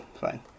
fine